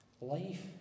Life